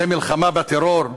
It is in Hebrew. זה מלחמה בטרור?